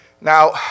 Now